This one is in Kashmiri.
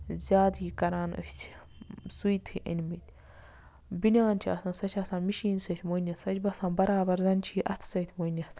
زیادٕ یہِ کران أسۍ سُوتھٕے أنمٕتۍ بٔنیان چھِ آسان سۄ چھےٚ آسان مِشیٖن سۭتۍ ووٗنِتھ سۄ چھِ باسان بَرابر زَن چھِ یہِ اَتھٕ سۭتۍ ووٗنِتھ